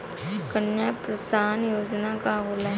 कन्या प्रोत्साहन योजना का होला?